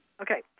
Okay